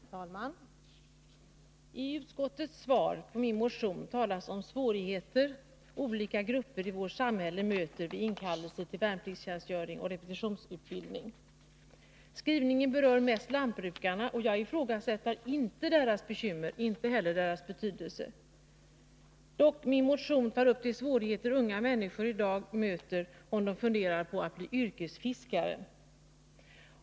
Herr talman! I utskottets svar på min motion talas om svårigheter som olika grupper i vårt samhälle möter vid inkallelse till värnpliktstjänstgöring och repetitionsutbildning. Skrivningen berör mest lantbrukarna, och jag ifrågasätter inte deras bekymmer, inte heller deras betydelse. Dock tar min motion upp de svårigheter som unga människor möter i dag om de funderar på att bli yrkesfiskare.